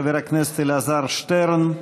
חבר הכנסת אלעזר שטרן,